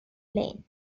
plane